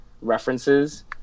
references